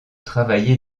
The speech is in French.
travailler